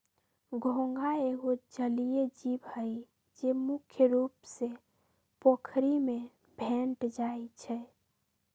घोंघा एगो जलिये जीव हइ, जे मुख्य रुप से पोखरि में भेंट जाइ छै